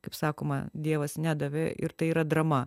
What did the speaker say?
kaip sakoma dievas nedavė ir tai yra drama